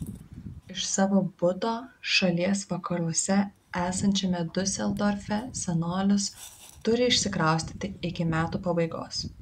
iš savo buto šalies vakaruose esančiame diuseldorfe senolis turi išsikraustyti iki metų pabaigos